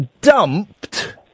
dumped